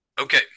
Okay